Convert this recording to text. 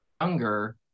younger